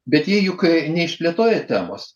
bet jie juk neišplėtoja temos